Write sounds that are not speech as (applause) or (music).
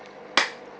(noise)